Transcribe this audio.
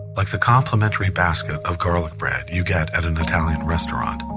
like the complimentary basket of garlic bread you get at an italian restaurant,